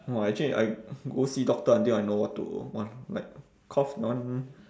!wah! actually I go see doctor until I know what to want like cough non